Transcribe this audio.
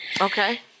Okay